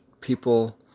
people